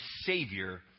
Savior